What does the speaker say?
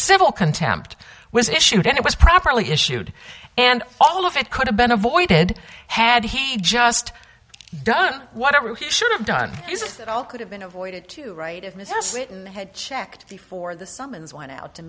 civil contempt was issued and it was properly issued and all of it could have been avoided had he just done whatever he should have done it all could have been avoided to write of missed it and had checked before the summons went out to